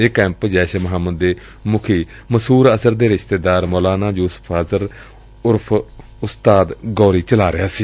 ਇਹ ਕੈਂਪ ਜੈਸ਼ ਏ ਮੁਹੰਮਦ ਦੇ ਮੁਖੀ ਮਸੁਦ ਅਜ਼ਹਰ ਦੇ ਰਿਸ਼ਤੇਦਾਰ ਮੌਲਾਨਾ ਯੁਸਫ ਅਜ਼ਹਰ ਉਰਫ ਉਸਤਾਦ ਗੌਰੀ ਚਲਾ ਰਿਹਾ ਸੀ